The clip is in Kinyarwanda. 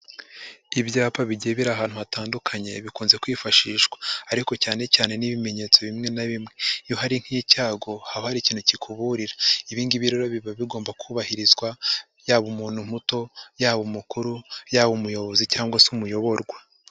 Ibyapa bigiye biri ahantu hatandukanye bikunze kwifashishwa ariko cyane cyane n'ibimenyetso bimwe na bimwe, iyo hari nk'icyago haba hari ikintu kikuburira ibi ngibi rero biba bigomba kubahirizwa, yaba umuntu muto, yaba umukuru, yaba umuyobozi cyangwa se umuyoborwa.